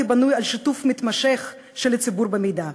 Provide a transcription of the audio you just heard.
בנוי על שיתוף מתמשך של הציבור במידע,